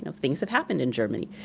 and things have happened in germany.